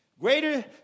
greater